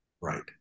right